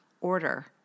order